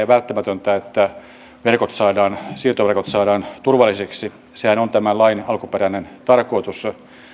välttämätöntä että siirtoverkot saadaan turvallisiksi sehän on tämän lain alkuperäinen tarkoitus